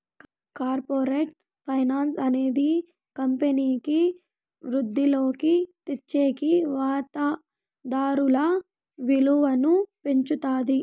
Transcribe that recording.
corporate finance అనేది కంపెనీకి వృద్ధిలోకి తెచ్చేకి వాతాదారుల విలువను పెంచుతాది